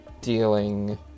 dealing